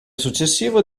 successivo